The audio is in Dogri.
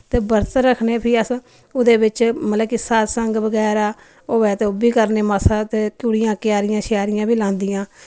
ते बर्त रक्खने फ्ही अस उ'दे बिच मतलब कि सत्संग बगैरा होवै ते ओह् बी करने मास्सा ते कुड़ियां क्यारियां शयारियां बी लांदियां